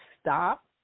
stop